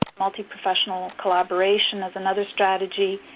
multiprofessional collaboration is another strategy,